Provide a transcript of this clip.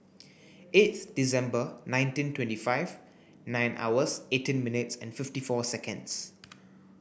eighth December nineteen twenty five nine hours eighteen minutes and fifty four seconds